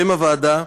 שם הוועדה: